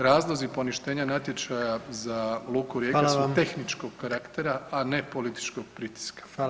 Razlozi poništenja natječaja za Luku Rijeka su tehničkog karaktera, a ne političkog pritiska.